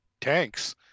tanks